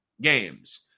games